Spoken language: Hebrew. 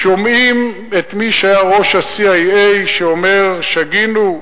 שומעים את מי שהיה ראש ה-CIA שאומר: שגינו,